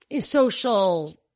social